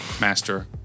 Master